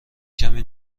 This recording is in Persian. کمی